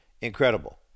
Incredible